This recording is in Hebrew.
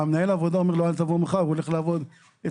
מנהל העבודה אומר לו אל תבוא מחר והוא ילך לעבוד אצלך.